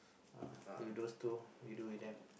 uh with those two we do with them